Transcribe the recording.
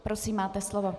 Prosím, máte slovo.